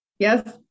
Yes